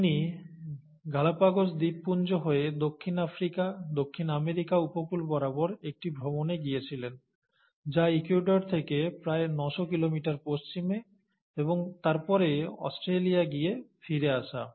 তিনি গালাপাগোস দ্বীপপুঞ্জ হয়ে দক্ষিণ আফ্রিকা দক্ষিণ আমেরিকা উপকূল বরাবর একটি ভ্রমণে গিয়েছিলেন যা ইকুয়েডরের থেকে প্রায় 900 কিলোমিটার পশ্চিমে এবং তারপরে অস্ট্রেলিয়া গিয়ে ফিরে আসা